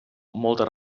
moltes